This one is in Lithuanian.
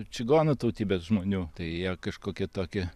čigonų tautybės žmonių tai jie kažkokį tokį